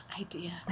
idea